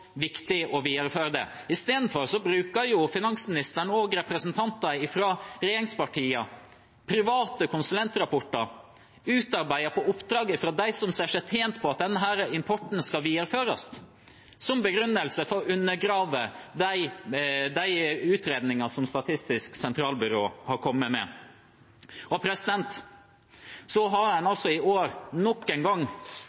representanter fra regjeringspartiene private konsulentrapporter utarbeidet på oppdrag av dem som ser seg tjent på at denne importen skal videreføres, som begrunnelse for å undergrave de utredninger som Statistisk sentralbyrå har kommet med. Så har en